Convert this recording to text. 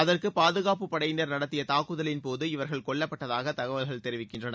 அதற்கு பாதுகாப்பு படையினர் நடத்திய தாக்குதலின் போது இவர்கள் கொல்லப்பட்டதாக தகவல்கள் தெரிவிக்கின்றன